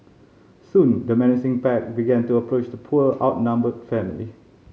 soon the menacing pack began to approach the poor outnumbered family